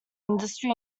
industry